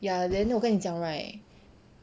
ya then 我跟你讲 right